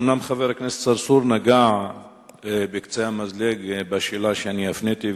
אומנם חבר הכנסת צרצור נגע בקצה המזלג בשאלה שאני הפניתי,